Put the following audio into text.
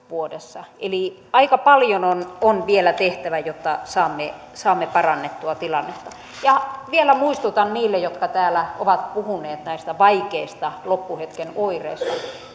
vuodessa eli aika paljon on on vielä tehtävä jotta saamme saamme parannettua tilannetta ja vielä muistutan niille jotka täällä ovat puhuneet näistä vaikeista loppuhetken oireista